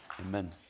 Amen